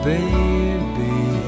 Baby